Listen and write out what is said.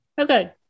okay